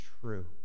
true